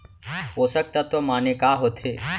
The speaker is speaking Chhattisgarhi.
पोसक तत्व माने का होथे?